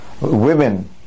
women